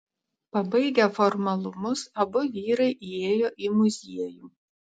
pabaigę formalumus abu vyrai įėjo į muziejų